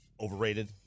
overrated